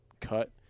cut